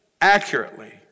accurately